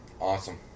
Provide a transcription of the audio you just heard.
Awesome